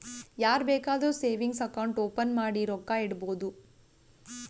ಯಾರ್ ಬೇಕಾದ್ರೂ savings account open ಮಾಡಿ ರೊಕ್ಕಾ ಇಡ್ಬೋದು